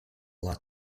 lot